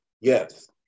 Yes